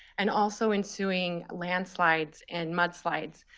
and also ensuing landslides and mudslides,